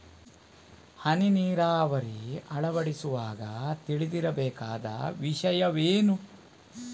ಹನಿ ನೀರಾವರಿ ಅಳವಡಿಸುವಾಗ ತಿಳಿದಿರಬೇಕಾದ ವಿಷಯವೇನು?